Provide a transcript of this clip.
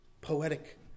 poetic